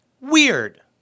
weird